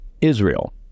Israel